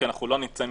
כי אנחנו לא נצא מזה,